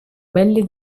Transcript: belli